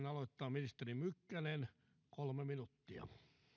aloittaa ministeri mykkänen kolme minuuttia